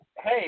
hey